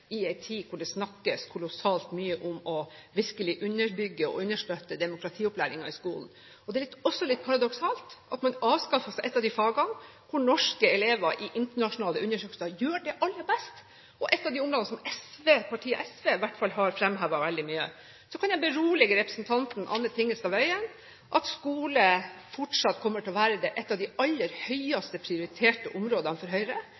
i en tid hvor det snakkes kolossalt mye om virkelig å underbygge og understøtte demokratiopplæringen i skolen. Det er også litt paradoksalt at man avskaffer et av de fagene hvor norske elever i internasjonale undersøkelser gjør det aller best, og et av de områdene som partiet SV i hvert fall har fremhevet veldig mye. Så kan jeg berolige representanten Anne Tingelstad Wøien: Skole kommer fortsatt til å være ett av de aller høyest prioriterte områdene for Høyre.